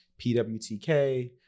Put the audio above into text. PWTK